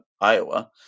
Iowa